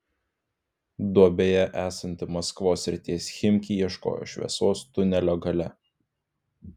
duobėje esanti maskvos srities chimki ieško šviesos tunelio gale